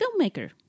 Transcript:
filmmaker